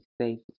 safe